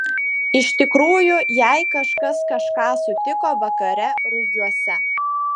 iš tikrųjų jei kažkas kažką sutiko vakare rugiuose